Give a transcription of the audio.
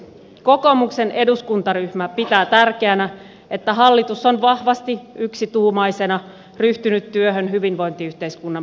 kokoomuksen eduskuntaryhmä pitää tärkeänä että hallitus on vahvasti yksituumaisena ryhtynyt työhön hyvinvointiyhteiskunnan pelastamiseksi